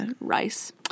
Rice